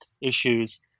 issues